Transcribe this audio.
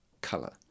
color